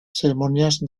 ceremonias